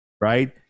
Right